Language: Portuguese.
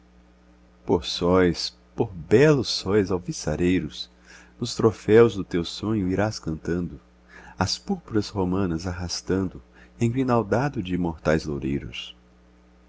por sóis por belos sóis alvissareiros nos troféus do teu sonho irás cantando as púrpuras romanas arrastando engrinaldado de imortais loureiros